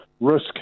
risk